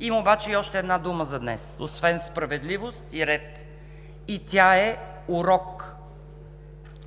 Има обаче и още една дума за днес освен „справедливост и ред“ и тя е „урок“.